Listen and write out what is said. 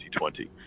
2020